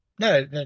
No